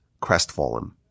crestfallen